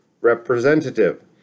representative